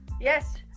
Yes